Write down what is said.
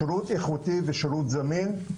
שירות איכותי ושירות זמין,